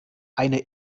eine